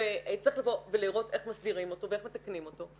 וצריך לבוא ולראות איך מסדירים אותו ואיך מתקנים אותו,